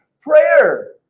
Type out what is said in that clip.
prayer